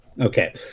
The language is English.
okay